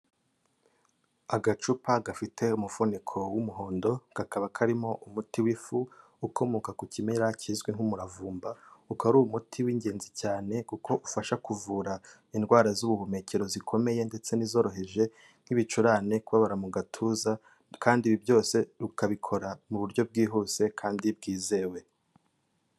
Agacupa gafite umufuniko w'umuhondo, kakaba karimo umuti w'ifu ukomoka ku kimera kizwi nk'umuravumba, ukaba ari umuti w'ingenzi cyane kuko ufasha kuvura indwara z'ubuhumekero zikomeye ndetse n'izoroheje, nk'ibicurane, kubabara mu gatuza, kandi ibi byose ukabikora mu buryo bwihuse, kandi bwizewe.